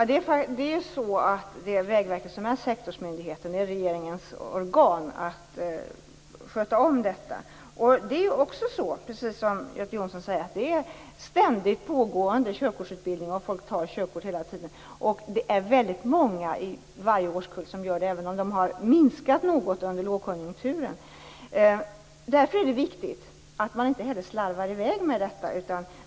Herr talman! Det är Vägverket som är sektorsmyndigheten och regeringens organ för att sköta om detta. Körkortsutbildningen är ständigt pågående, precis som Göte Jonsson säger. Folk tar körkort hela tiden. Det är väldigt många i varje årskull som gör det, även om det har minskat något under lågkonjunkturen. Därför är det viktigt att man inte slarvar i väg med detta.